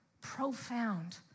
profound